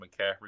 McCaffrey